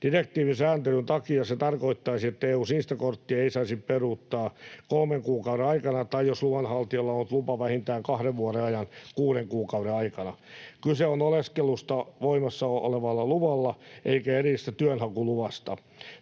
Direktiivin sääntelyn takia se tarkoittaisi, että EU:n sinistä korttia ei saisi peruuttaa kolmen kuukauden aikana tai, jos luvanhaltijalla on ollut lupa vähintään kahden vuoden ajan, kuuden kuukauden aikana. Kyse on oleskelusta voimassa olevalla luvalla eikä erillisestä työnhakuluvasta.